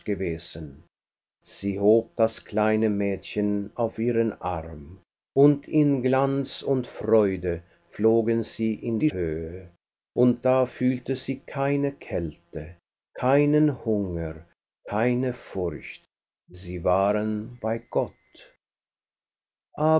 gewesen sie hob das kleine mädchen auf ihren arm und in glanz und freude flogen sie in die höhe und da fühlte sie keine kälte keinen hunger keine furcht sie waren bei gott